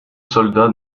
soldat